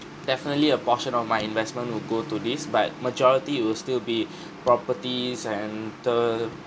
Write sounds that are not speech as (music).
definitely a portion of my investment will go to this but majority it will still be (breath) properties and the